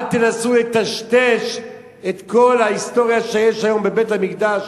אל תנסו לטשטש את כל ההיסטוריה שיש היום בבית-המקדש.